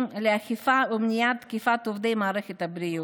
לאכיפה ומניעת תקיפת עובדי מערכת הבריאות.